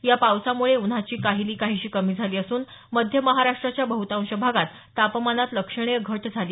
या पावसामुळे उन्हाची काहिली काहीशी कमी झाली असून मध्य महाराष्ट्राच्या बहतांश भागात तापमानात लक्षणीय घट झाली